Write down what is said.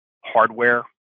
hardware